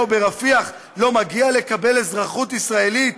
או ברפיח לא מגיע לקבל אזרחות ישראלית,